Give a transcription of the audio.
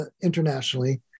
internationally